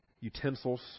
utensils